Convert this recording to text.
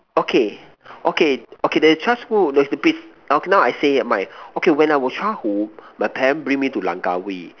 okay okay okay the child school those the beats okay now I say my okay when I was childhood my parents bring me to Langkawi